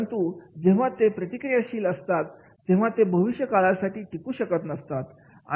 परंतु जेव्हा ते प्रतिक्रियाशील असतात तेव्हा ते भविष्यकाळात टिकू शकत नसतात